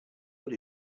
what